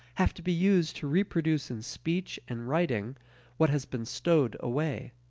have to be used to reproduce in speech and writing what has been stowed away.